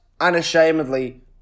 unashamedly